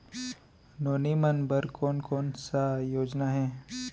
नोनी मन बर कोन कोन स योजना हे?